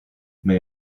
may